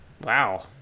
Wow